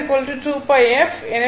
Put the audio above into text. எனவே X L 2πf L